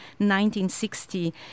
1960